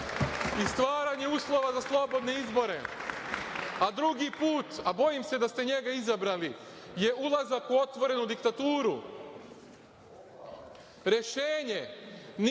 i stvaranje uslova za slobodne izbore, a drugi put, a bojim se da ste njega izabrali, je ulazak u otvorenu diktaturu. Rešenje nije